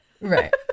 Right